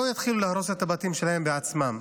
לא יתחילו להרוס את הבתים שלהם בעצמם.